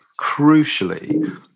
crucially